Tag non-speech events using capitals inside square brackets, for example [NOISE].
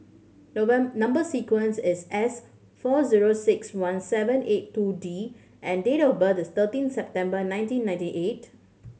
[UNINTELLIGIBLE] number sequence is S four zero six one seven eight two D and date of birth is thirteen September nineteen ninety eight